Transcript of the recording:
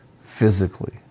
physically